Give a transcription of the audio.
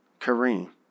Kareem